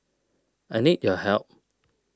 I need your help